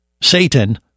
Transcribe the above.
satan